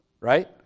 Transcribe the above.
right